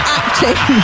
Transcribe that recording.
acting